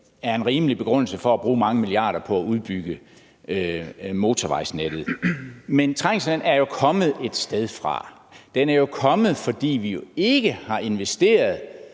er en rimelig begrundelse for at bruge mange milliarder på at udbygge motorvejsnettet. Trængslen er jo kommet et sted fra. Den er jo kommet, fordi vi ikke har investeret